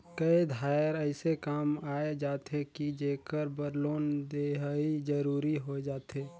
कए धाएर अइसे काम आए जाथे कि जेकर बर लोन लेहई जरूरी होए जाथे